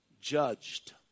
judged